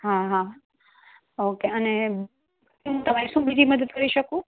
હા હા ઓકે અને શું તમારી શું બીજી મદદ કરી શકું